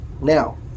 Now